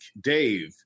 Dave